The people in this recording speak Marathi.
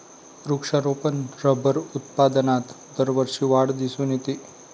वृक्षारोपण रबर उत्पादनात दरवर्षी वाढ दिसून येते